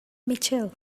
mitchell